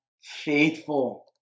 faithful